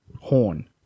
Horn